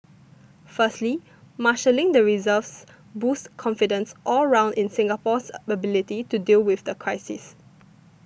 firstly marshalling the reserves boosts confidence all round in Singapore's ability to deal with the crisis